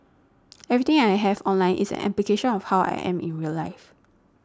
everything I have online is an application of how I am in real life